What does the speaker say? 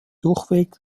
durchweg